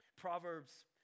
Proverbs